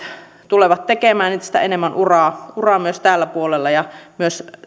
tulevat tekemään entistä enemmän uraa uraa myös tällä puolella myös